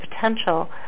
potential